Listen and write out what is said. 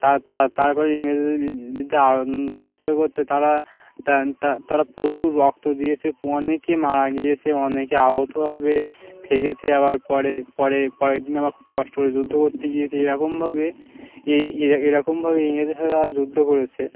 তার তারপরে ইংরেজি করতে তারা তারা প্রচুর রক্ত দিয়েছে অনেকে মারা গিয়েছে অনেকে আহতভাবে থেকেছে আবার পরে পরে পরের দিনে আবার খুব কষ্ট করে যুদ্ধ করতে গিয়েছে এরকমভাবে এই এই এরকমভাবে ইংরেজদের সাথে তারা যুদ্ধ করেছে